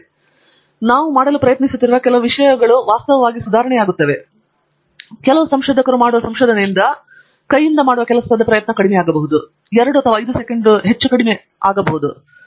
ನಾವು ಬೇರೆಡೆಗೆ ಹೋಗಬಹುದು ಮತ್ತು ಇಲ್ಲ ನಾನು ಮಾಡಲು ಪ್ರಯತ್ನಿಸುತ್ತಿರುವ ಕೆಲವು ವಿಷಯಗಳು ವಾಸ್ತವವಾಗಿ ಸುಧಾರಣೆಯಾಗುತ್ತವೆ ಕೆಲವು ಕೈಯಿಂದ ಕೆಲಸ ಮಾಡಲು ಕಡಿಮೆ ಪ್ರಯತ್ನ ಮಾಡಬೇಕಾಗಬಹುದು 2 ಸೆಕೆಂಡುಗಳಲ್ಲಿ ಏನಾದರೂ ಹೆಚ್ಚು ಸಮಯ ತೆಗೆದುಕೊಳ್ಳಲು ಏನು ಬಳಸಲಾಗಿದೆ